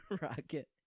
Rocket